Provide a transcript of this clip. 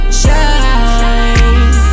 shine